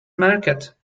market